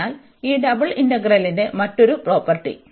അതിനാൽ ഈ ഇരട്ട ഇന്റഗ്രലിന്റെ മറ്റൊരു പ്രോപ്പർട്ടി